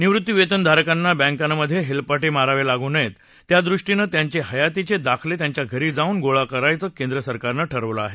निवृत्तीवेतनधारकानां बँकांमधे हेलपाटे मारावे लागू नयेत यादृष्टीनं त्यांचे हयातीचे दाखले त्यांच्या घरी जाऊन गोळा करायचं केंद्रसरकारनं ठरवलं आहे